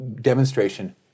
demonstration